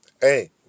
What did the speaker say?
Hey